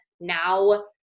now